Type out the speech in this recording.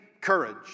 courage